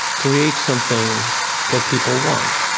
create something that people want.